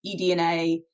eDNA